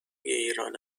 ایران